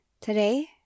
Today